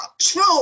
true